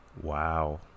wow